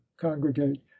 congregate